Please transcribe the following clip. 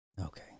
Okay